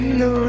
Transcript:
no